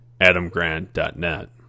adamgrant.net